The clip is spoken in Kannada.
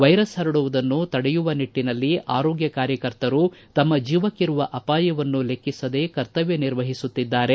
ವೈರಸ್ ಪರಡುವುದನ್ನು ತಡೆಗಟ್ಟುವ ನಿಟ್ಟಿನಲ್ಲಿ ಆರೋಗ್ಯ ಕಾರ್ಯಕರ್ತರು ತಮ್ಮ ಜೀವಕ್ಕಿರುವ ಅಪಾಯವನ್ನು ಲೆಕ್ಕಿಸದೆ ಕರ್ತವ್ದ ನಿರ್ವಹಿಸುತ್ತಿದ್ದಾರೆ